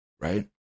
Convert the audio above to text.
right